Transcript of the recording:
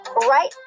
right